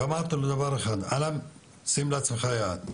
אמרתי לו דבר אחד, שים לעצמך יעד.